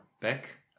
back